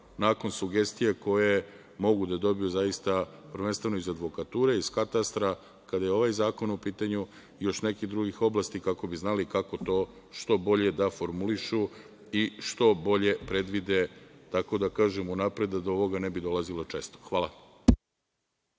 nakon sugestija koje mogu da dobiju prvenstveno iz advokature, iz katastra, kada je ovaj zakon u pitanju i još nekih drugih oblasti, kako bi znali kako to što bolje da formulišu i što bolje da predvide, tako da kažem, unapred da do ovoga ne bi dolazilo često. Hvala.